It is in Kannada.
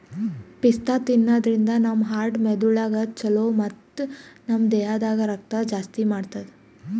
ಪಿಸ್ತಾ ತಿನ್ನಾದ್ರಿನ್ದ ನಮ್ ಹಾರ್ಟ್ ಮೆದಳಿಗ್ ಛಲೋ ಮತ್ತ್ ನಮ್ ದೇಹದಾಗ್ ರಕ್ತನೂ ಜಾಸ್ತಿ ಮಾಡ್ತದ್